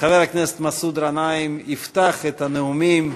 חבר הכנסת מסעוד גנאים יפתח את הנאומים,